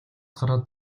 гараад